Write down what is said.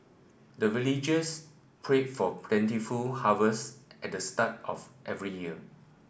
the villagers pray for plentiful harvest at the start of every year